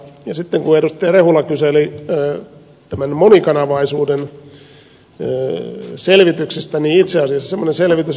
sitten kun edustaja rehula kyseli tämän monikanavaisuuden selvityksestä niin itse asiassa semmoinen selvitys on kyllä tehty